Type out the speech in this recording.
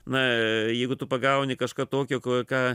na jeigu tu pagauni kažką tokio ką